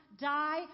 die